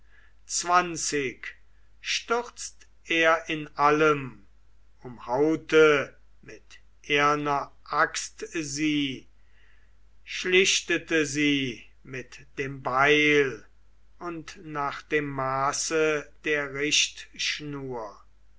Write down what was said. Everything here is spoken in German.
zwanzig stürzt er in allem umhaute mit eherner axt sie schlichtete sie mit dem beil und nach dem maße der richtschnur